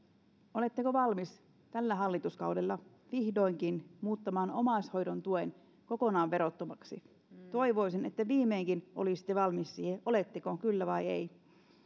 oletteko valmis tällä hallituskaudella vihdoinkin muuttamaan omaishoidon tuen kokonaan verottomaksi toivoisin että viimeinkin olisitte valmis siihen oletteko kyllä vai ei